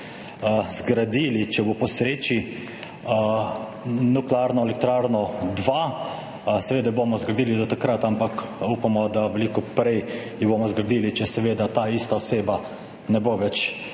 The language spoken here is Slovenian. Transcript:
zgradili, če bo po sreči, nuklearno elektrarno dve, seveda jo bomo zgradili do takrat, ampak upamo, da jo bomo zgradili veliko prej, če seveda ta ista oseba ne bo več